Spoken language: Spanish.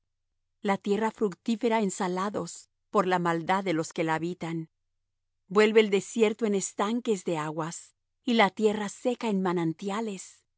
la tierra fructífera en salados por la maldad de los que la habitan vuelve el desierto en estanques de aguas y la tierra seca en manantiales